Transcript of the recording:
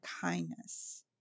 kindness